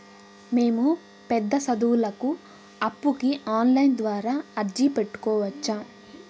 మేము పెద్ద సదువులకు అప్పుకి ఆన్లైన్ ద్వారా అర్జీ పెట్టుకోవచ్చా?